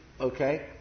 Okay